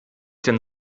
denn